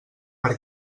per